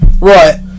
right